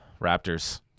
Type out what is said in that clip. Raptors